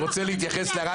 אני רוצה להתייחס לרע,